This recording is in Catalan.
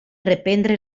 reprendre